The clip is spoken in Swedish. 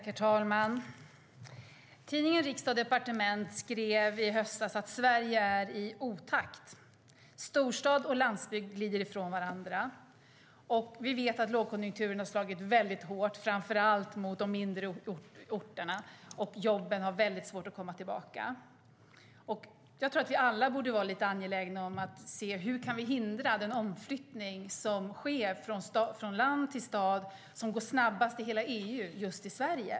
Herr talman! Tidningen Riksdag & Departement skrev i höstas att Sverige är i otakt. Storstad och landsbygd glider ifrån varandra. Vi vet att lågkonjunkturen har slagit hårt framför allt mot de mindre orterna. Jobben har mycket svårt att komma tillbaka. Vi borde alla vara lite angelägna om att hindra den omflyttning som sker från land till stad och som går snabbast i hela EU just i Sverige.